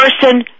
person